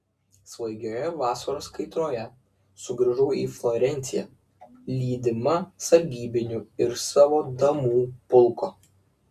svaigioje vasaros kaitroje sugrįžau į florenciją lydima sargybinių ir savo damų pulko